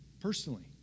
personally